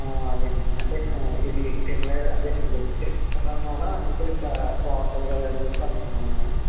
అదే అండి అంటే ఇది తినలేదు అదే వెజిటేరియన్ అందుకు ఇంక బాగుంటుంది కదా అని చెప్పి అనుకున్నాము మేము